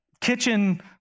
kitchen